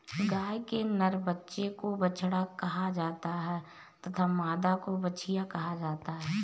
गाय के नर बच्चे को बछड़ा कहा जाता है तथा मादा को बछिया कहा जाता है